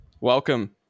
Welcome